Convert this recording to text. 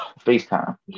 FaceTime